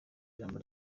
ijambo